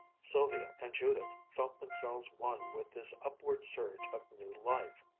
sylvia and judith felt themselves one with this upward surge of new life.